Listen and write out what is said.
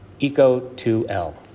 ECO2L